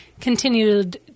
continued